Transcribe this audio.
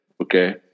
Okay